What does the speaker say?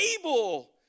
able